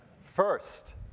First